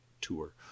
tour